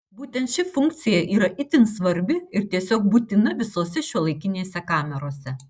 būtent ši funkcija yra itin svarbi ir tiesiog būtina visose šiuolaikinėse kamerose